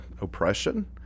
oppression